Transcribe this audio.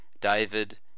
David